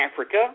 Africa